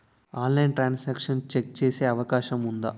ఆన్లైన్లో transaction check చేసే అవకాశం ఉందా?